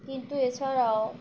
কিন্তু এছাড়াও